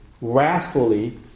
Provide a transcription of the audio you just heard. wrathfully